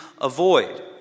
avoid